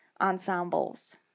ensembles